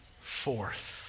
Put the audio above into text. forth